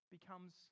becomes